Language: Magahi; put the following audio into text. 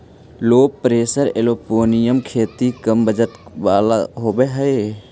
लो प्रेशर एयरोपोनिक खेती कम बजट वाला होव हई